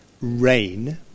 RAIN